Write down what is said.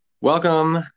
Welcome